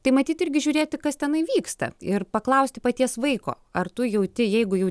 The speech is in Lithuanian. tai matyt irgi žiūrėti kas tenai vyksta ir paklausti paties vaiko ar tu jauti jeigu jau